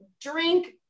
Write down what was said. drink